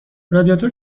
رادیاتور